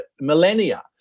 millennia